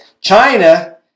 China